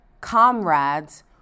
comrades